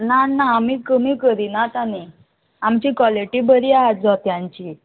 ना ना आमी कमी करिनात आनी आमची क्वॉलिटी बरी आहा जोत्यांची